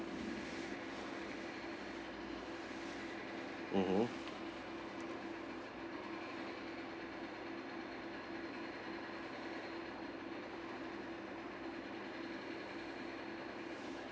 mmhmm